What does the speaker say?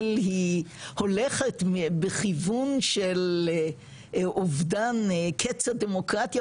היא הולכת בכיוון של אובדן קץ הדמוקרטיה,